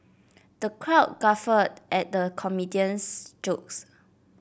the crowd guffawed at the comedian's jokes